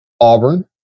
Auburn